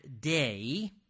day